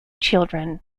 children